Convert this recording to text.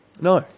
No